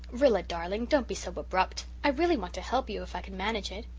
rilla, darling, don't be so abrupt. i really want to help you, if i can manage it.